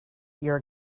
your